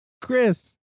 Chris